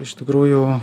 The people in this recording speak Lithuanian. iš tikrųjų